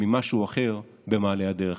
ממשהו אחר במעלה הדרך.